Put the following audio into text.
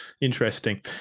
Interesting